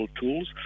tools